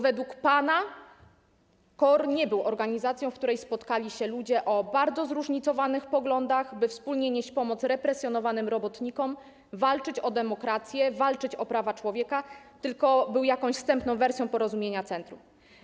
Według pana KOR nie był organizacją, w której spotkali się ludzie o bardzo zróżnicowanych poglądach, by wspólnie nieść pomoc represjonowanym robotnikom, walczyć o demokrację, walczyć o prawa człowieka, tylko był jakąś wstępną wersją Porozumienia Centrum.